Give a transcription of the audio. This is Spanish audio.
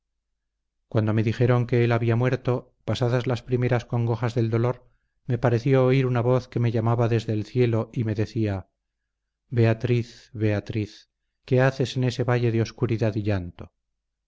cuando me dijeron que él había muerto pasadas las primeras congojas del dolor me pareció oír una voz que me llamaba desde el cielo y me decía beatriz beatriz qué haces en ese valle de oscuridad y llanto